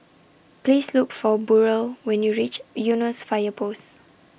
Please Look For Burrel when YOU REACH Eunos Fire Post